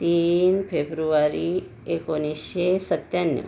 तीन फेब्रुवारी एकोणीसशे सत्त्याण्णव